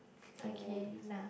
the movies